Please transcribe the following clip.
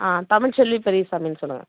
ஆ தமிழ்செல்வி பெரியசாமின்னு சொல்லுங்க